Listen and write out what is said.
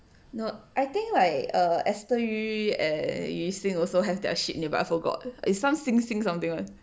no I think like uh esther yu and 雨欣 also have their ship but I forgot is some 星星 something [one]